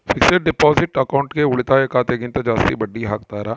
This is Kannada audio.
ಫಿಕ್ಸೆಡ್ ಡಿಪಾಸಿಟ್ ಅಕೌಂಟ್ಗೆ ಉಳಿತಾಯ ಖಾತೆ ಗಿಂತ ಜಾಸ್ತಿ ಬಡ್ಡಿ ಹಾಕ್ತಾರ